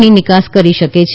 ની નિકાસ કરી શકે છે